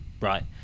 Right